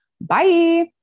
Bye